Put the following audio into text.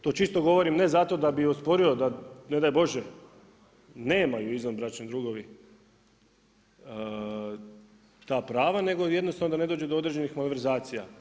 To čisto govorim ne zato da bi osporio za ne daj bože nemaju izvanbračni drugovi ta prava, nego jednostavno da ne dođe do određenih malverzacija.